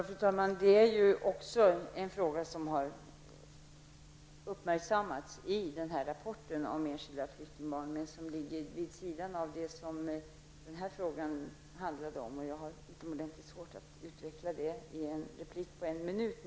Fru talman! Det här är ju en fråga som har uppmärksammats i rapporten om enskilda flyktingbarn, men saken ligger vid sidan av det som det nu handlar om. Jag har utomordentligt svårt att utveckla det hela i en replik på en minut.